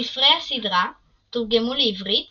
ספרי הסדרה תורגמו לעברית